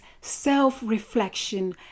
self-reflection